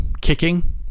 Kicking